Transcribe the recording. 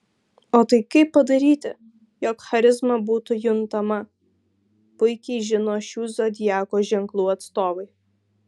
o tai kaip padaryti jog charizma būtų juntama puikiai žino šių zodiako ženklų atstovai